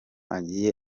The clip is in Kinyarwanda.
agiye